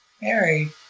Mary